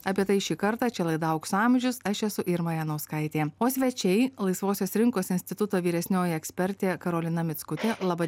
apie tai šį kartą čia laida aukso amžius aš esu irma janauskaitė o svečiai laisvosios rinkos instituto vyresnioji ekspertė karolina mickutė laba